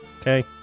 Okay